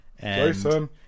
Jason